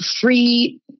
free